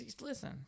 listen